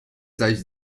zajść